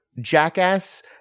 Jackass